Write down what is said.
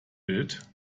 bild